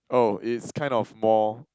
oh is kind of more